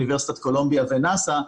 אוניברסיטת קולומביה ונאס"א,